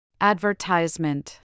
Advertisement